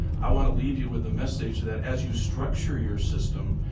i want to leave you with the message that as you structure your system,